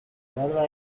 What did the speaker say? guarda